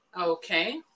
Okay